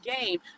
game